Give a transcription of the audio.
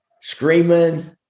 screaming